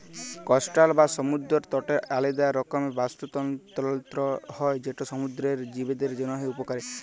coastal বা সমুদ্দর তটের আলেদা রকমের বাস্তুতলত্র হ্যয় যেট সমুদ্দুরের জীবদের জ্যনহে উপকারী